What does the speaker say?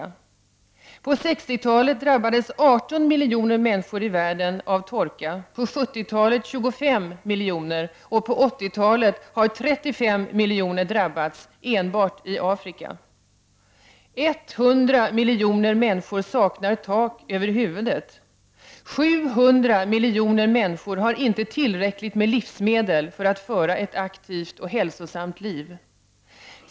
—- På 1960-talet drabbades 18 miljoner människor i världen av torka, på 1970-talet 25 miljoner, och på 1980-talet har 35 miljoner drabbats enbart i Afrika. - 100 miljoner människor saknar tak över huvudet. - 700 miljoner människor har inte tillräckligt med livsmedel för att föra ett aktivt och hälsosamt liv.